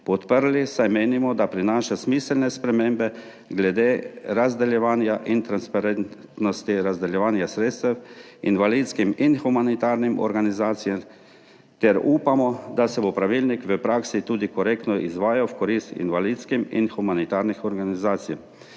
podprli, saj menimo, da prinaša smiselne spremembe glede razdeljevanja in transparentnosti razdeljevanja sredstev invalidskim in humanitarnim organizacijam, ter upamo, da se bo pravilnik v praksi tudi korektno izvajal v korist invalidskih in humanitarnih organizacij.